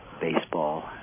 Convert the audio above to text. baseball